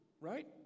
right